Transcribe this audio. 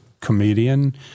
comedian